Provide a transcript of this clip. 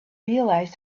realize